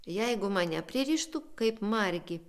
jeigu mane pririštų kaip margį